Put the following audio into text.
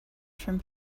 from